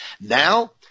Now